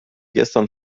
gestern